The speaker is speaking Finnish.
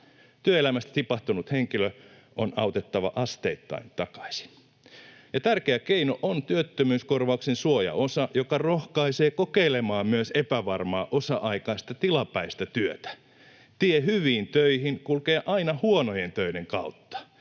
Työelämästä tipahtanut henkilö on autettava asteittain takaisin. Tärkeä keino on työttömyyskorvauksen suojaosa, joka rohkaisee kokeilemaan myös epävarmaa, osa-aikaista, tilapäistä työtä. Tie hyviin töihin kulkee aina huonojen töiden kautta.